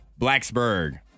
Blacksburg